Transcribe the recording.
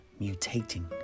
mutating